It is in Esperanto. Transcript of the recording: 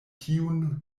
tiun